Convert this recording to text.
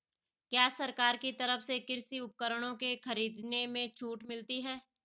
क्या सरकार की तरफ से कृषि उपकरणों के खरीदने में छूट मिलती है?